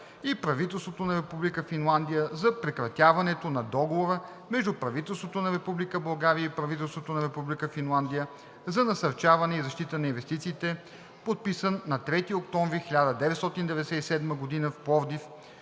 и правителството на Република Финландия за прекратяването на Договора между правителството на Република България и правителството на Република Финландия за насърчаване и защита на инвестициите, подписан на 3 октомври 1997 г. в Пловдив,